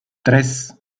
tres